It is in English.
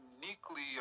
uniquely